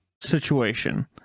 situation